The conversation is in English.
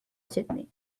sydney